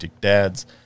Dads